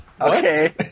Okay